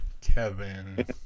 Kevin